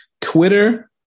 Twitter